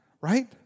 Right